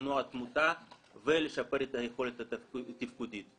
למנוע תמותה ולשפר את היכולת התפקודית.